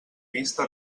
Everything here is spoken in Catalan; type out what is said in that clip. vista